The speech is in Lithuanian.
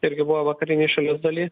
irgi buvo vakarinėj šalies daly